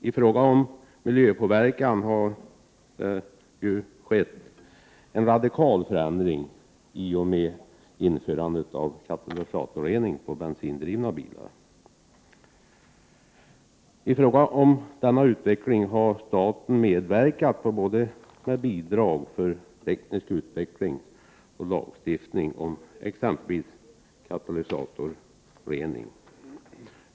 I fråga om miljöpåverkan har en radikal förbättring inträtt i och med införandet av katalysatorrening på bensindrivna bilar. Staten har medverkat både med bidrag för teknisk utveckling och lagstiftning i fråga om katalysatorrening.